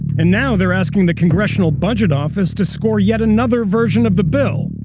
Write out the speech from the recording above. and now they're asking the congressional budget office to score yet another version of the bill,